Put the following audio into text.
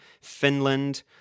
Finland